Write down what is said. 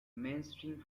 mainstream